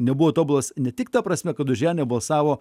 nebuvo tobulas ne tik ta prasme kad už ją nebalsavo